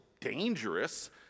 dangerous